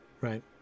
right